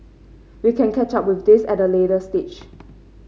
we can catch up with this at a later stage